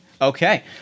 Okay